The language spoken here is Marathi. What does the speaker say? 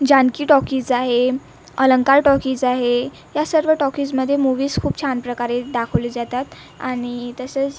जानकी टाॅकिज आहे अलंकार टाॅकीज आहे या सर्व टाॅकीजमध्ये मूवीस खूप छान प्रकारे दाखवले जातात आणि तसेच